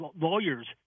lawyers